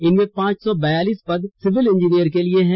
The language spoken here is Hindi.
इनमें पांच सौ ब्यालीस पद सिविल इंजीनियर के लिए है